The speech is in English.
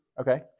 Okay